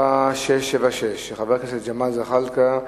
תש"ע (13 בינואר 2010): פורסם כי זכיינית